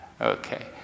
Okay